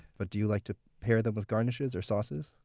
but do you like to pair them with garnishes or sauces?